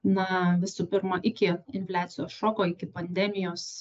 na visų pirma iki infliacijos šoko iki pandemijos